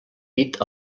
dit